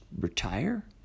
retire